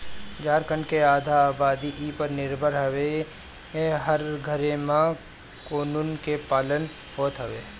झारखण्ड के आधा आबादी इ पर निर्भर हवे इहां हर घरे में कोकून के पालन होत हवे